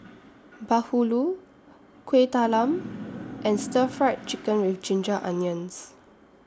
Bahulu Kuih Talam and Stir Fried Chicken with Ginger Onions